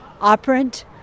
operant